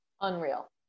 Unreal